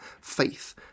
faith